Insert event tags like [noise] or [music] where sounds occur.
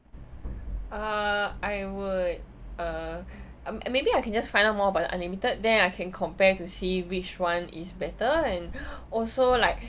uh I would uh I maybe I can just find out more about your unlimited then I can compare to see which one is better and [breath] also like